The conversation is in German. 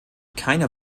keiner